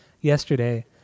yesterday